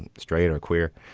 and straight or queer,